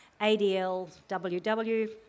ADLWW